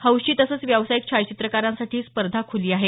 हौशी तसंच व्यावसायिक छायाचित्रकारांसाठी ही स्पर्धा खूली आहे